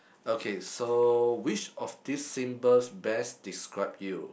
okay so which of these symbols best describe you